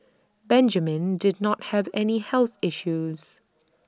Benjamin did not have any health issues